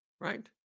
Right